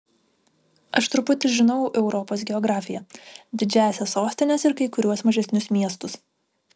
aš truputį žinau europos geografiją didžiąsias sostines ir kai kuriuos mažesnius miestus